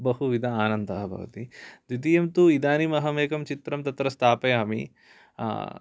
बहुविध आनन्दः भवति द्वितीयं तु इदानीम् अहम् एकं चित्रं तत्र स्थापयामि